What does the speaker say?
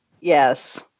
Yes